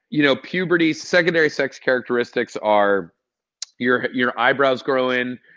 you know, puberty's secondary sex characteristics are your your eyebrows grow in,